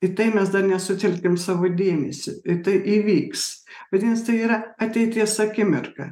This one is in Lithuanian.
į tai mes dar nesutelkėm savo dėmesį į tai įvyks vadinas tai yra ateities akimirka